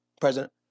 president